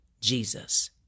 Jesus